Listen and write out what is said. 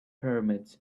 pyramids